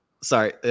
Sorry